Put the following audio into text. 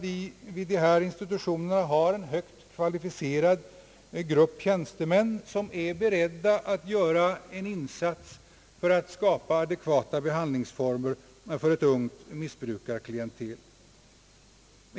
Vid de institutionerna finns en högt kvalificerad grupp tjänstemän, som är beredda att göra en insats när det gäller att skapa adekvata behandlingsformer för ett ungt missbrukarklientel.